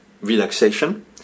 relaxation